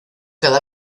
cada